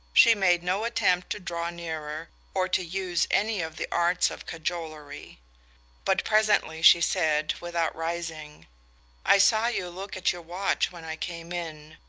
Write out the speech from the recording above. she made no attempt to draw nearer, or to use any of the arts of cajolery but presently she said, without rising i saw you look at your watch when i came in.